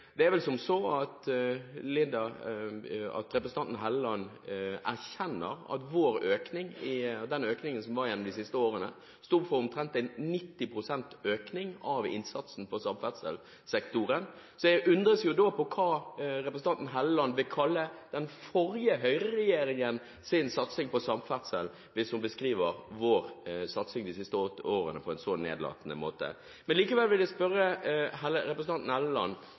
Helleland erkjenner vel at økningen de siste årene har vært omtrent 90 pst. på samferdselssektoren? Jeg undres da hva representanten Hofstad Helleland vil kalle den forrige Høyre-regjeringens satsing på samferdsel, hvis hun beskriver vår satsing de siste åtte årene på en så nedlatende måte. Likevel vil jeg spørre representanten Hofstad Helleland: